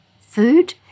Food